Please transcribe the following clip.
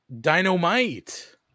Dynamite